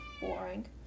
Boring